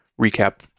recap